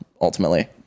ultimately